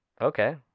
Okay